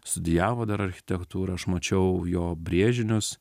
studijavo dar architektūrą aš mačiau jo brėžinius